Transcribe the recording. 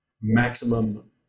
maximum